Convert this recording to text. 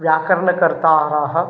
व्याकरणकर्तारः